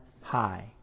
high